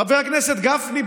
חבר הכנסת גפני,